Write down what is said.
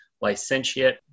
licentiate